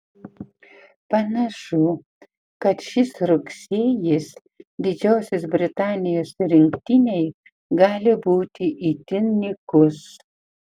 panašu kad šis rugsėjis didžiosios britanijos rinktinei gali būti itin nykus